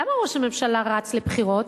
למה ראש הממשלה רץ לבחירות?